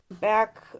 back